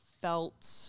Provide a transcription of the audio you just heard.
felt